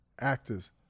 actors